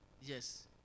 Yes